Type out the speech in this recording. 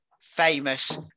famous